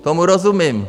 Tomu rozumím.